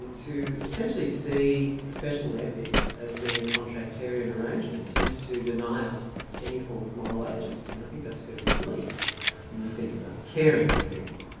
um to essentially see professional ethics as being a contractarian arrangement tends to deny us any form of moral agency, and i think that's fairly bleak when you think about caring for people.